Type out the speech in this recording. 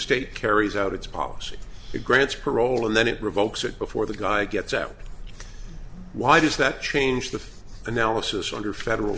state carries out its policy it grants parole and then it revokes it before the guy gets out why does that change the analysis under federal